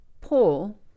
Paul